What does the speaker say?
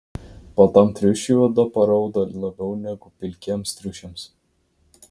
baltam triušiui oda paraudo labiau negu pilkiems triušiams